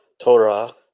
Torah